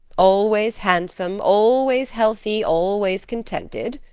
always handsome! always healthy! always contented!